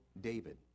David